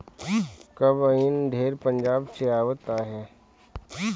combine ढेर पंजाब से आवत हवे